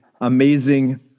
amazing